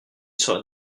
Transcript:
serai